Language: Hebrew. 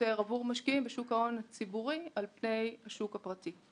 עבור משקיעים בשוק ההון הציבורי על פני השוק הפרטי.